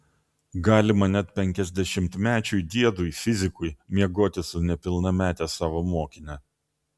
galima net penkiasdešimtmečiui diedui fizikui miegoti su nepilnamete savo mokine